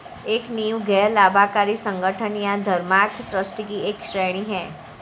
एक नींव गैर लाभकारी संगठन या धर्मार्थ ट्रस्ट की एक श्रेणी हैं